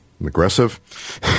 aggressive